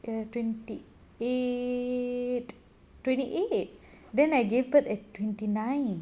twenty eight twenty eight then I gave birth at twenty nine